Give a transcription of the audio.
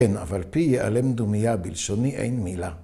‫כן, אבל פי יעלם דומיה ‫בלשוני אין מילה.